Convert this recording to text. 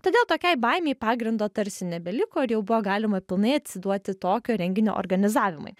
todėl tokiai baimei pagrindo tarsi nebeliko ir jau buvo galima pilnai atsiduoti tokio renginio organizavimui